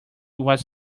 was